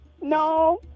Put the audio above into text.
No